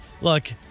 Look